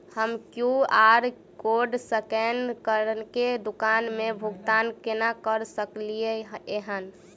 हम QR code scan करके दुकान मे भुगतान केना करऽ सकलिये एहन?